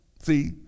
See